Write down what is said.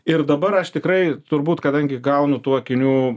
ir dabar aš tikrai turbūt kadangi gaunu tų akinių